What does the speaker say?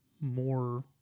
more